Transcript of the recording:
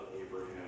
Abraham